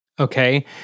Okay